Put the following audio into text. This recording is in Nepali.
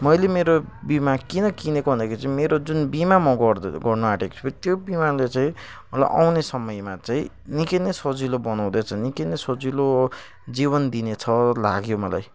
मैले मेरो बिमा किन किनेको भन्दाखेरि चाहिँ मेरो जुन बिमा म गर्दै गर्न आँटेको छु त्यो बिमाले चाहिँ मलाई आउने समयमा चाहिँ निकै नै सजिलो बनाउँदैछ निकै नै सजिलो जीवन दिनेछ लाग्यो मलाई